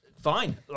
fine